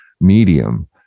medium